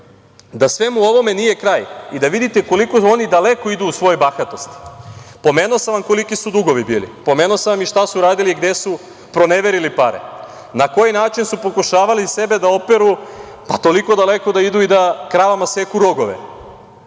da svemu ovome nije kraj i da vidite koliko oni daleko idu u svojoj bahatosti, pomenuo sam vam koliki su dugovi bili, pomenuo sam i šta su radili i gde su proneverili pare, na koji način su pokušavali sebe da operu, a toliko daleko da idu i da kravama seku rogove,